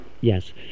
yes